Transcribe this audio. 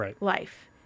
life